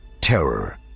terror